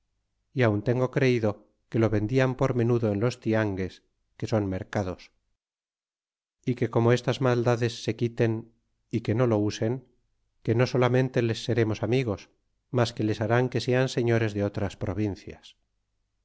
y aun tengo creido que lo vendian por menudo en los tiangues que son mercados y que como estas maldades se quiten y que no lo usen que no solamente les seremos amigos mas que les hará que sean señoree de otras provincias